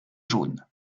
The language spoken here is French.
jaune